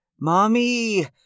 Mommy